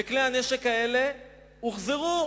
וכלי הנשק האלה הוחזרו